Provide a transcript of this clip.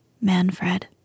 Manfred